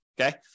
okay